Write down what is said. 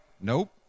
nope